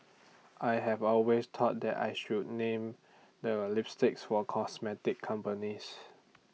I have always thought that I should name the lipsticks for cosmetic companies